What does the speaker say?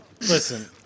Listen